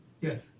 Yes